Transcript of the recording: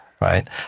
right